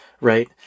Right